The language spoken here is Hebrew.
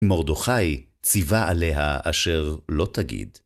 מורדכי ציווה עליה אשר לא תגיד.